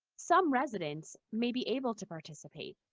some residents may be able to participate,